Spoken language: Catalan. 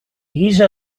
guisa